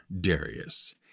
Darius